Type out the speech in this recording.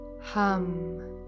Hum